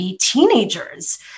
teenagers